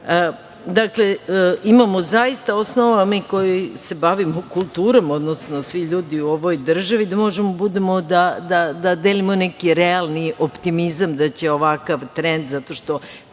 za kulturu? Imamo zaista osnova mi koji se bavimo kulturom, odnosno svi ljudi u ovoj državi, gde možemo da delimo neke realni optimizam, da će ovakav trend, zato što